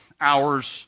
hours